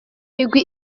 migwi